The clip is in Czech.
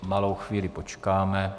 Malou chvíli počkáme...